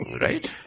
Right